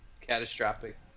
catastrophic